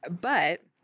but-